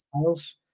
styles